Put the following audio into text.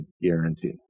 guarantee